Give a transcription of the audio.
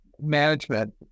management